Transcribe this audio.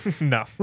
No